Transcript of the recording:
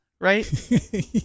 right